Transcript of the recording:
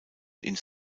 ins